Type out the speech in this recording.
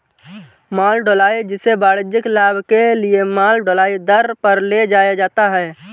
माल ढुलाई, जिसे वाणिज्यिक लाभ के लिए माल ढुलाई दर पर ले जाया जाता है